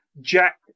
Jack